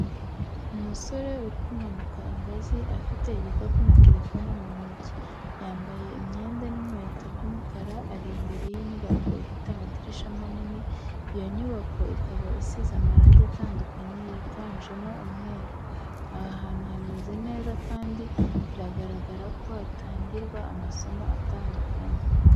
Umusore uri kumanuka ingazi afite igikapu na telefoni mu ntoki. Yambaye imyenda n'inkweto by’umukara, ari imbere y’inyubako ifite amadirishya manini, iyo nyubako ikaba isize amarangi atandukanye yiganjemo umweru. Aha hantu hameze neza kandi biragaragara ko hatangirwa amasomo atandukanye.